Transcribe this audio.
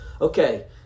Okay